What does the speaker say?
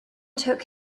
took